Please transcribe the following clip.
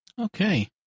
Okay